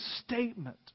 statement